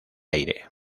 aire